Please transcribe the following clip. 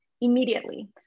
immediately